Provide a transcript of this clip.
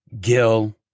Gil